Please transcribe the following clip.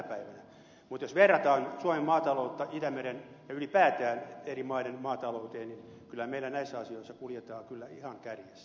mutta jos verrataan suomen maataloutta itämeren ja ylipäätään eri maiden maatalouteen niin meillä näissä asioissa kuljetaan kyllä ihan kärjessä